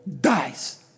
dies